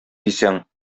дисәң